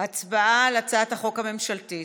ההצבעה על הצעת החוק הממשלתית.